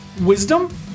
wisdom